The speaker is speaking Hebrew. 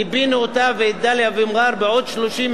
גם בעוספיא.